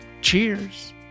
Cheers